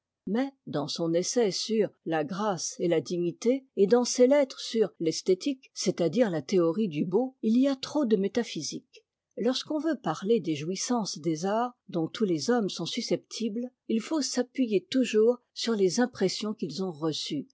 mais dans son essai sur la grâce et la dignité et dans ses lettres sur l'esthétique c'est-à-dire la théorie du beau il v a trop de métaphysique lorsqu'on veut parler des jouissances des arts dont tous les hommes sont susceptibles il faut s'appuyer toujours sur les impressions qu'ils ont reçues